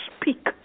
speak